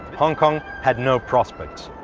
hong kong had no prospects,